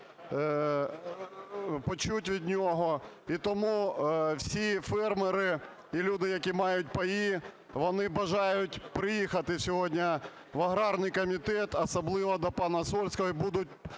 почути від нього. І тому всі фермери, і люди, які мають паї, вони бажають приїхати сьогодні в аграрний комітет, особливо до пана Сольського, і будуть